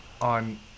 on